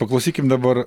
paklausykim dabar